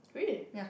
really